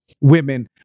women